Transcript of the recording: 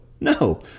no